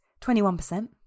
21%